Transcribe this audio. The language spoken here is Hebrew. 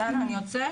יאללה אני יוצא,